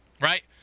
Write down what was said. Right